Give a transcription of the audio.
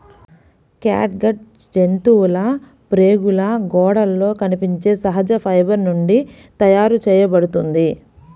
catgut జంతువుల ప్రేగుల గోడలలో కనిపించే సహజ ఫైబర్ నుండి తయారు చేయబడుతుంది